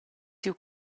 siu